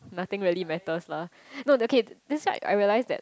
nothing really matters lah not the case that's why I realise that